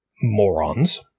morons